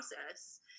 process